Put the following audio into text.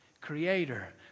creator